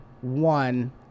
one